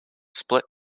split